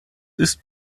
ist